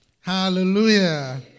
Hallelujah